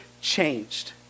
changed